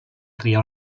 triar